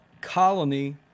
colony